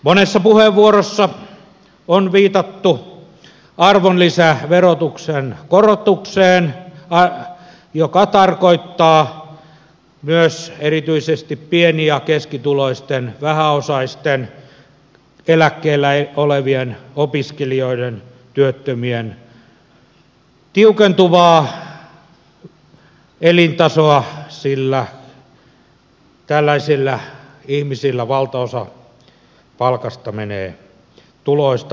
monessa puheenvuorossa on viitattu arvonlisäverotuksen korotukseen joka tarkoittaa erityisesti pieni ja keskituloisten vähäosaisten eläkkeellä olevien opiskelijoiden työttömien tiukentuvaa elintasoa sillä tällaisilla ihmisillä valtaosa tuloista menee kulutukseen